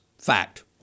Fact